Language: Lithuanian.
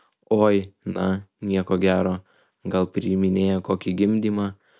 oi na nieko gero gal priiminėja kokį gimdymą